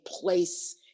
place